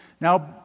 Now